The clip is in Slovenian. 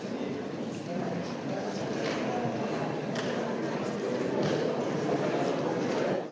Hvala